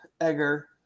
Egger